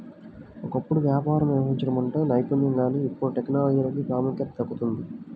ఒకప్పుడు వ్యాపారం నిర్వహించడం అంటే నైపుణ్యం కానీ ఇప్పుడు టెక్నాలజీకే ప్రాముఖ్యత దక్కుతోంది